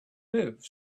live